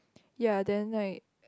ya then like